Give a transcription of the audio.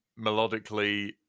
melodically